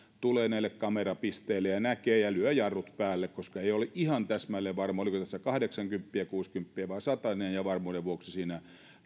tulee näille kamerapisteille ja näkee ja lyö jarrut päälle koska ei ole ihan täsmälleen varma oliko tässä kahdeksankymppiä kuusikymppiä vai satanen ja varmuuden vuoksi siinä